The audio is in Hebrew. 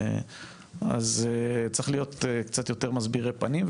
אז צריך להיות קצת יותר מסבירי פנים.